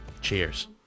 cheers